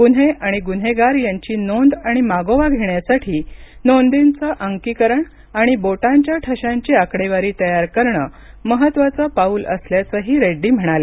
गुन्हे आणि गुन्हेगार यांची नोंद आणि मागोवा घेण्यासाठी नोंदींचे अंकीकरण आणि बोटांच्या ठशांची आकडेवारी तयार करणे महत्त्वाचं पाऊल असल्याचंही रेड्डी म्हणाले